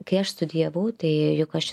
kai aš studijavau tai juk aš